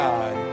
God